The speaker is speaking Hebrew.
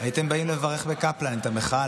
הייתם באים לברך בקפלן את המחאה,